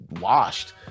washed